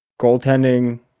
goaltending